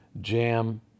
jam